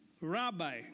Rabbi